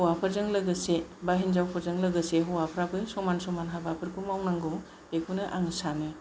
हौवाफोरजों लोगोसे एबा हिनजावफोरजों लोगोसे हौवाफोराबो समान समान हाबाफोरखौ मावनांगौ बेखौनो आं सानो